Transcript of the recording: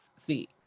see